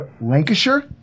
Lancashire